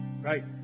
right